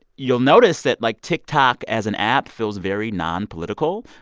you'll notice that, like, tiktok as an app feels very nonpolitical.